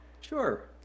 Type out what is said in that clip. Sure